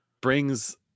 brings